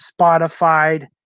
Spotify